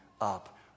up